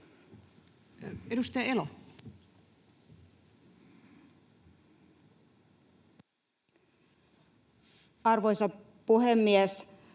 Edustaja Gebhard. Arvoisa puhemies!